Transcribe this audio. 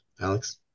Alex